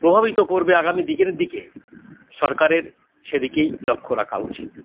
প্রভাবিত করবে আগামী দিকে দিকে সরকারের সে দিকেই লক্ষ রাখা উচিত